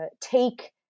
take